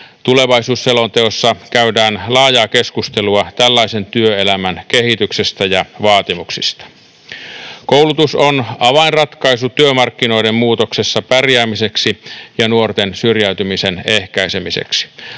Tulevaisuusselonteossa käydään laajaa keskustelua tällaisen työelämän kehityksestä ja vaatimuksista. Koulutus on avainratkaisu työmarkkinoiden muutoksessa pärjäämiseksi ja nuorten syrjäytymisen ehkäisemiseksi.